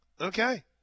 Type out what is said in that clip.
okay